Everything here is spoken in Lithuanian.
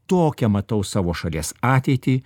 tokią matau savo šalies ateitį